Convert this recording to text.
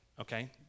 okay